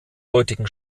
heutigen